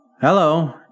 Hello